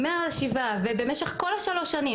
מה"שבעה" ובמשך כל השלוש שנים,